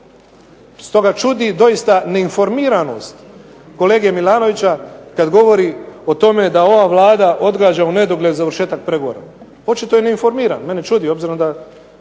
Stoga čudi doista neinformiranost kolege Milanovića kad govori o tome da ova Vlada odgađa u nedogled završetak pregovora. Očito je neinformiran. Mene čudi obzirom da